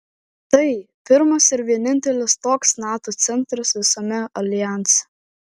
tai pirmas ir vienintelis toks nato centras visame aljanse